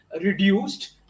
reduced